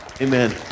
Amen